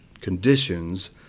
conditions